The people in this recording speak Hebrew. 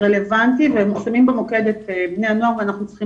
רלוונטי והם שמים במוקד את בני הנוער ואנחנו צריכים